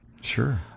Sure